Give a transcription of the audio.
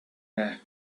air